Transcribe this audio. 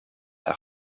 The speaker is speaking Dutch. haar